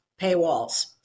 paywalls